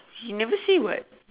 he never say [what]